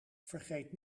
vergeet